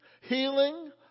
healing